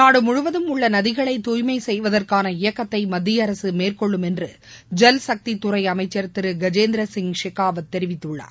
நாடு முழுவதும் உள்ள நதிகளை துய்மை செய்வதற்கான இயக்கத்தை மத்திய அரசு மேற்கொள்ளும் என்று ஐல்சக்தித்துறை அமைச்சர் திரு கஜேந்திரசிங் ஷெக்காவத் தெரிவித்துள்ளார்